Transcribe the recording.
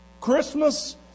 Christmas